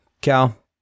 cal